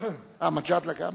אה, מג'אדלה גם?